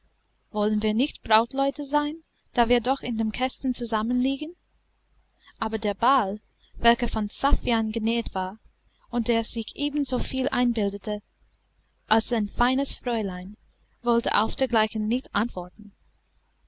wollen wir nicht brautleute sein da wir doch in dem kasten zusammen liegen aber der ball welcher von saffian genähet war und der sich ebenso viel einbildete als ein feines fräulein wollte auf dergleichen nicht antworten